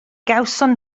gawson